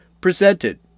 presented